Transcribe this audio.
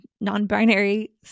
non-binary